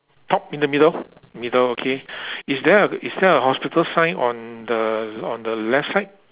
top in the middle middle okay is there a is there a hospital sign on the on the left side